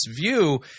view